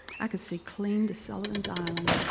i could see clean to sulivan's island.